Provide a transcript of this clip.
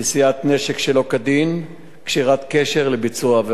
נשיאת נשק שלא כדין וקשירת קשר לביצוע עבירה.